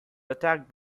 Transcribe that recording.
attacked